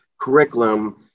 curriculum